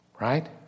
Right